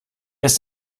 ist